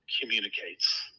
communicates